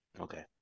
okay